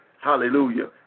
Hallelujah